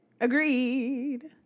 Agreed